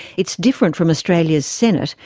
it's different from australia's senate,